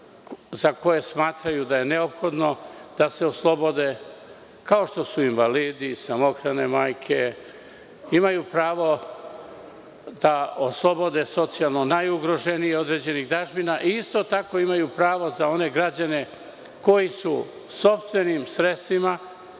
za koje smatraju da je neophodno da se oslobode, kao što su invalidi, samohrane majke, imaju pravo da oslobode socijalno najugroženije određenih dažbina i isto tako imaju pravo za one građane koji su sopstvenim sredstvima